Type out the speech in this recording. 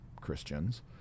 Christians